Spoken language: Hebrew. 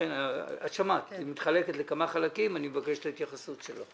הטענה מתחלקת לכמה חלקים ואני מבקש את ההתייחסות שלך.